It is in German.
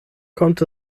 kommt